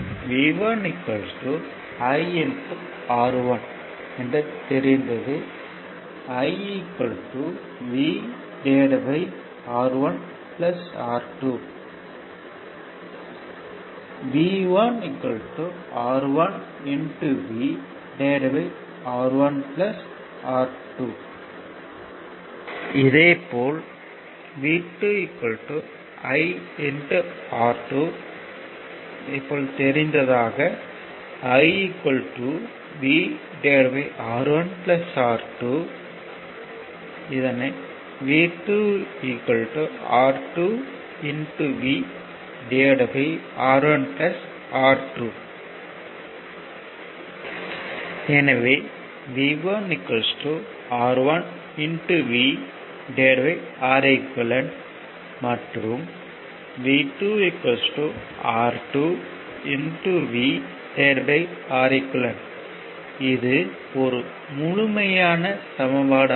V1 I R1 தெரிந்தது I VR1 R2 தெரிந்தது V1 R1 VR1 R2 இதே போல் V2 I R2 தெரிந்தது I VR1 R2 தெரிந்தது V2 R2 VR1 R2 எனவே V1 R1 V Req மற்றும் V2 R2 VReq இது ஒரு முழுமையான சமன்பாடு ஆகும்